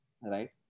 Right